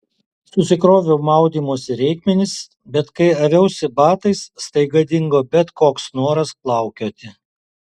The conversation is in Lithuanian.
susikroviau maudymosi reikmenis bet kai aviausi batais staiga dingo bet koks noras plaukioti